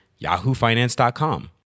yahoofinance.com